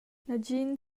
negin